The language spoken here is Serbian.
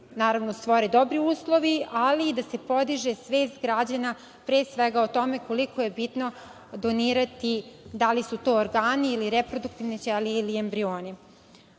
naravno, stvore dobi uslovi, ali i da se podiže svest građana, pre svega, o tome koliko je bitno donirati, da li su to organi ili reproduktivne ćelije ili embrioni. Što